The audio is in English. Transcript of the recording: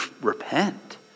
repent